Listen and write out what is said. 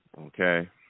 okay